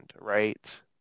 right